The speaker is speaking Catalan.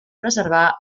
preservar